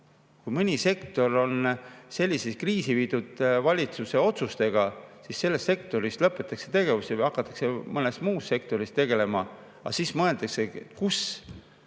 Kui mõni sektor on sellisesse kriisi viidud valitsuse otsustega, siis selles sektoris lõpetatakse tegevus või hakatakse mõnes muus sektoris tegelema. Siis mõeldakse, kus